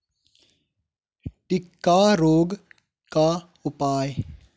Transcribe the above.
टिक्का रोग का उपाय?